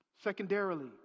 Secondarily